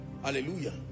hallelujah